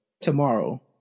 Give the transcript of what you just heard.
tomorrow